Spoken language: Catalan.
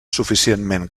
suficientment